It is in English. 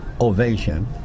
ovation